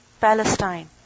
Palestine